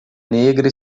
negra